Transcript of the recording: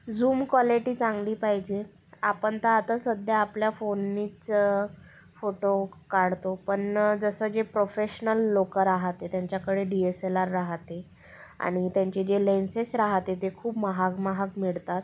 zoom quality चांगली पाहिजे आपण तर आता सध्या आपल्या फोननीच फोटो काढतो पण जसं जे प्रोफेशनल लोकं राहते त्यांच्याकडे डी एस एल आर राहते आणि त्यांचे जे लेन्सेस राहते ते खूप महाग महाग मिळतात